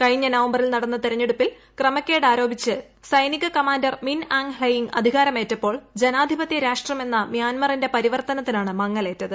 കഴിഞ്ഞ നവംബറിൽ നടന്ന തെരഞ്ഞെടുപ്പിൽ ക്രമക്കേടാരോപിച്ച് സൈനിക കമാൻഡർ മിൻ ആങ് ഹ്ലെയ്ങ് അധികാരമേറ്റപ്പോൾ ജനാധിപത്യ രാഷ്ട്രമെന്ന മ്യാൻമറിന്റെ പരിവർത്തനത്തിനാണ് മങ്ങലേറ്റത്